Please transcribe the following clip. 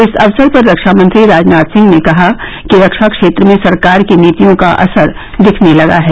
इस अवसर पर रक्षा मंत्री राजनाथ सिंह ने कहा कि रक्षा क्षेत्र में सरकार की नीतियों का असर दिखने लगा है